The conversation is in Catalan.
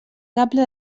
cable